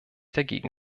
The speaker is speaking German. dagegen